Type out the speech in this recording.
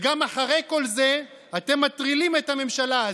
וגם אחרי כל זה אתם מטרילים את הממשלה הזאת,